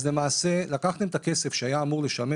אז למעשה לקחתם את הכסף שהיה אמור לשמש